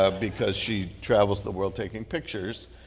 ah because she travels the world taking pictures,